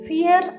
Fear